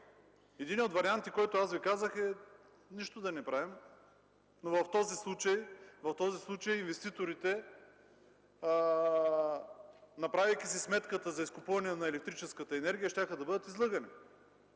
Единият от вариантите, който аз Ви казах, е нищо да не правим, но в този случай инвеститорите, правейки си сметката за изкупуване на електрическата енергия, щяха да бъдат излъгани.